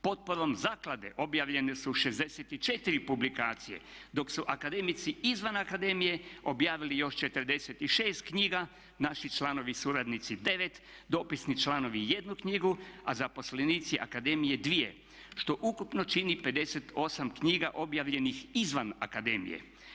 Potporom zaklade objavljene su 64 publikacije, dok su akademici izvan akademije objavili još 46 knjiga, naši članovi suradnici 9, dopisni članovi jednu knjigu, a zaposlenici akademije dvije što ukupno čini 58 knjiga objavljenih izvan akademije.